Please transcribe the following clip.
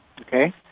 Okay